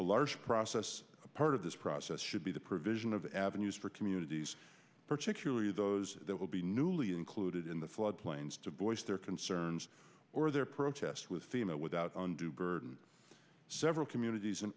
large process a part of this process should be the provision of avenues for communities particularly those that will be newly included in the flood plains to boyce their concerns or their protest with thema without undue burden several communities in